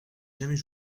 jamais